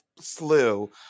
slew